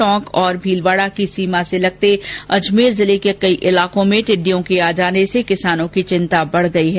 टोंक और भीलवाड़ा की सीमा से लगते अजर्मेर जिले के कई इलाकों में टिडि्डयों के आ जाने से किसानों की चिंता बढ़ गई है